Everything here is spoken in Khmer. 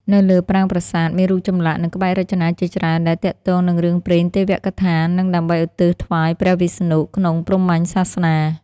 នៅលើប្រាង្គប្រាសាទមានរូបចម្លាក់និងក្បាច់រចនាជាច្រើនដែលទាក់ទងនិងរឿងព្រេងទេវកថានិងដើម្បីឧទ្ទិសថ្វាយព្រះវិស្ណុ ក្នុងព្រហ្មញ្ញសាសនា។